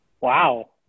Wow